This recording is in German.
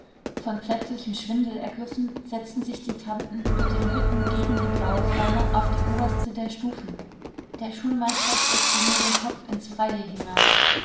von plötzlichem schwindel ergriffen setzten sich die tanten mit dem rücken gegen die blaue ferne auf die oberste der stufen der schulmeister steckte nur den kopf ins freie hinaus